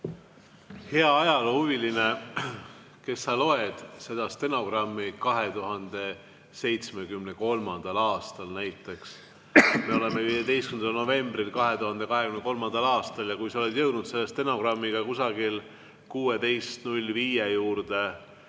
Hea ajaloohuviline, kes sa loed seda stenogrammi näiteks 2073. aastal! Meil on 15. november 2023. aastal ja kui sa oled jõudnud stenogrammiga kusagil 16.05 juurde,